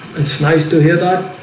it's nice to hear that